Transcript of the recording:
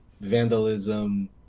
vandalism